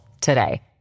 today